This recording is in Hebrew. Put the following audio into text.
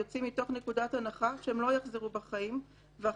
יוצאים מתוך נקודת הנחה שהם לא יחזרו בחיים ואכן,